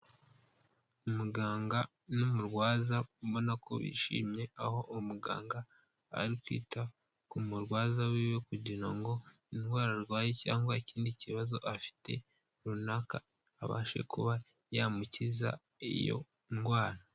Umuganga n'umurwaza, ubona ko bishimye aho umuganga ari kwita ku murwaza wiwe, kugira ngo indwara arwaye cyangwa ikindi kibazo afite runaka abashe kuba yamukiza iyo ndwara.